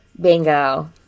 Bingo